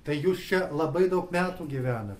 tai jūs čia labai daug metų gyvenat